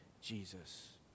Jesus